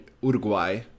Uruguay